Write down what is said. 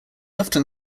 often